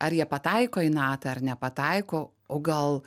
ar jie pataiko į natą ar nepataiko o gal